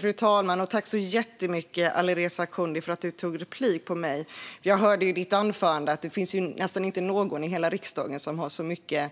Fru talman! Tack så jättemycket, Alireza Akhondi, för att du tog replik på mig! Jag hörde i ditt anförande att det nästan inte finns någon i hela riksdagen som har så mycket